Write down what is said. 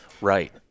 Right